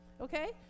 Okay